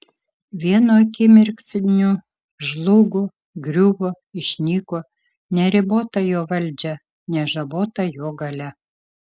vienu akimirksniu žlugo griuvo išnyko neribota jo valdžia nežabota jo galia